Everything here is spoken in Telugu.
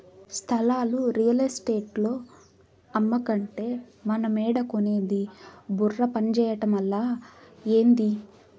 స్థలాలు రియల్ ఎస్టేటోల్లు అమ్మకంటే మనమేడ కొనేది బుర్ర పంజేయటమలా, ఏంది